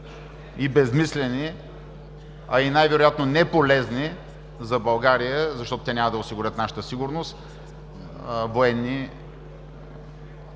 и безсмислени, а и най-вероятно неполезни за България, защото те няма да осигурят нашата сигурност, военни